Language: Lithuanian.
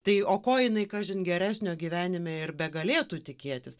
tai o ko jinai kažin geresnio gyvenime ir begalėtų tikėtis